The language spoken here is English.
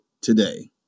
today